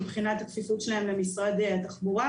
מבחינת הכפיפות שלהן למשרד התחבורה,